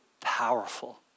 powerful